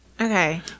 Okay